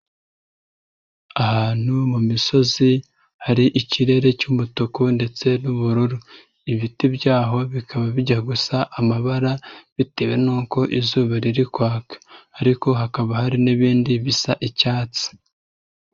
Ahantu mu misozi hari ikirere cy'umutuku ndetse n'ubururu. Ibiti byaho bikaba bijya gusa amabara bitewe n'uko izuba riri kwaka ariko hakaba hari n'ibindi bisa icyatsi.